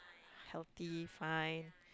healthy fine